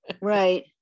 Right